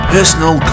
Personal